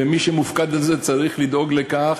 ומי שמופקד על זה צריך לדאוג לכך,